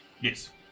Yes